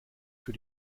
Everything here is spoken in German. für